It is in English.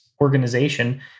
organization